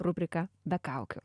rubriką be kaukių